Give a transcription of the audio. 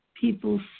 people